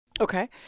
Okay